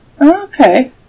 Okay